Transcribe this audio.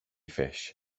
fish